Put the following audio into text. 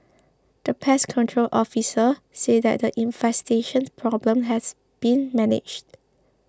the pest control officer said that the infestation problem has been managed